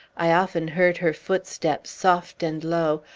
i often heard her footsteps, soft and low,